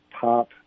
top